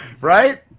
Right